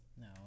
No